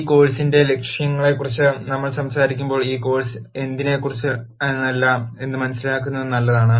ഈ കോഴ്സിന്റെ ലക്ഷ്യങ്ങളെക്കുറിച്ച് നമ്മൾ സംസാരിക്കുമ്പോൾ ഈ കോഴ് സ് എന്തിനെക്കുറിച്ചല്ല എന്ന് മനസിലാക്കുന്നത് നല്ലതാണ്